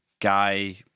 guy